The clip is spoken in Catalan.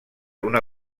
una